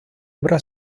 obra